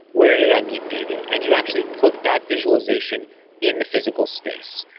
where did i meet david? and you actually put that visualization in the physical space.